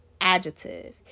adjective